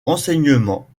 renseignements